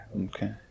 Okay